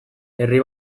herri